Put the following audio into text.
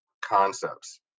concepts